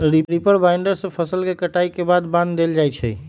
reaper binder से फसल के कटाई के बाद बान देल जाई छई